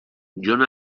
jon